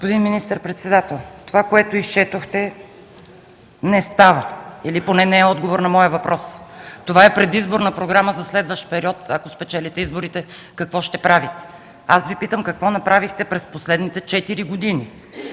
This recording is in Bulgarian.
Господин министър-председател, това, което изчетохте не става или поне не е отговор на моя въпрос. Това е предизборна програма за следващ период, ако спечелите изборите какво ще правите. Аз Ви питам: какво направихте през последните четири